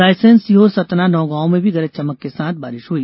रायसेन सीहोर सतना नौगांव में भी गरज चमक के साथ बारिश हुई